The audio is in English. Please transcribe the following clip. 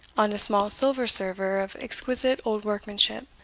on a small silver server of exquisite old workmanship.